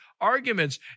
arguments